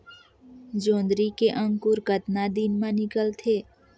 जोंदरी के अंकुर कतना दिन मां निकलथे?